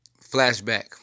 Flashback